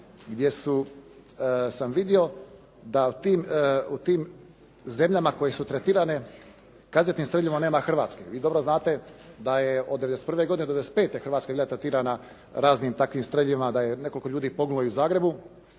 gdje sam vidio da u tim zemljama koje su tretirane kazetnim streljivom nema Hrvatske. Vi dobro znate da je od '91. godine do '95. Hrvatska bila tretirana raznim takvim streljivima da je nekoliko ljudi poginulo i u Zagrebu.